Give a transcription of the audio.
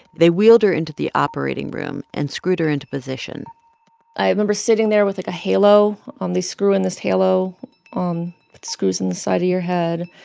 they wheeled her into the operating room and screwed her into position i remember sitting there with, like, a halo. um they screw in this halo um with screws in the side of your head.